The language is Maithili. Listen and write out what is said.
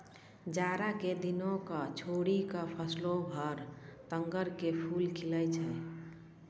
जाड़ा के दिनों क छोड़ी क सालों भर तग्गड़ के फूल खिलै छै